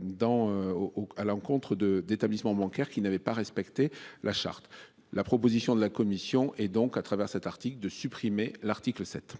Dans au au à l'encontre de d'établissements bancaires qui n'avait pas respecté la charte. La proposition de la Commission et donc à travers cet article de supprimer l'article 7.